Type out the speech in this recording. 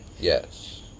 Yes